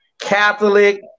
Catholic